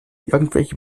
irgendwelche